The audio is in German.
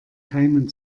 keimen